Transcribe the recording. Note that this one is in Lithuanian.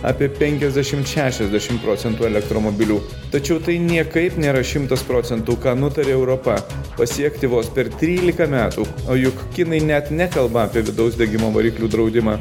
apie penkiasdešim šešiasdešim procentų elektromobilių tačiau tai niekaip nėra šimtas procentų ką nutarė europa pasiekti vos per trylika metų o juk kinai net nekalba apie vidaus degimo variklių draudimą